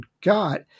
got